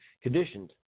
conditioned